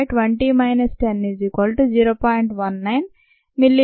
19 mMmin 1v 0